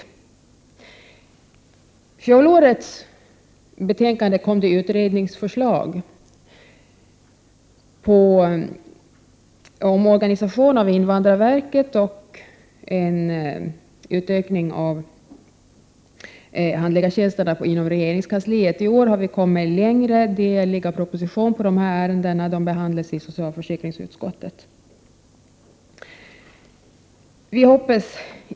I fjolårets granskningsbetänkande nämndes utredningsförslag om en omorganisation av invandrarverket och en utökning av antalet handläggartjänster inom regeringskansliet. I år har vi kommit längre. Det finns nu en proposition om detta som behandlas av socialförsäkringsutskottet.